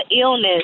illness